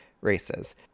races